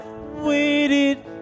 waited